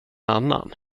annan